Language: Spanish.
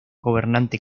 gobernante